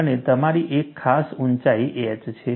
અને તમારી એક ખાસ ઊંચાઈ h છે